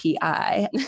PI